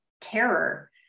terror